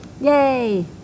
Yay